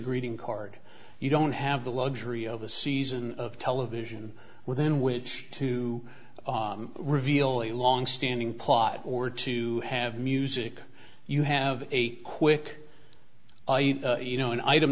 greeting card you don't have the luxury of a season of television within which to reveal a longstanding plot or to have music you have a quick you know an item